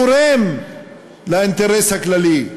תורם לאינטרס הכללי,